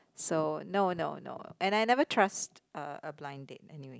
so no no no and I never trust a a blind date anyway